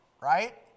right